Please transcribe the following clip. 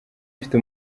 mfite